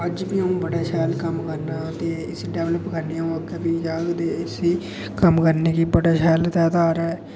ते अज्ज फ्ही अं'ऊ बड़ा शैल कम्म करना ते डेवेल्प करने गी अं'ऊ अग्गें बी जाह्ङ ते इसी कम्म करने गी बड़ा शैल आर्ट ऐ